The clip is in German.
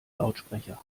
lautsprecher